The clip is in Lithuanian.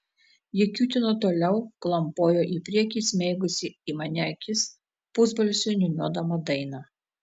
ji kiūtino toliau klampojo į priekį įsmeigusi į mane akis pusbalsiu niūniuodama dainą